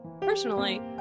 Personally